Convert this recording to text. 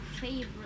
favorite